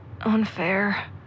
unfair